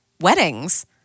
weddings